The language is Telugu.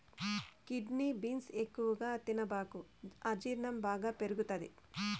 కిడ్నీ బీన్స్ ఎక్కువగా తినబాకు అజీర్ణం బాగా పెరుగుతది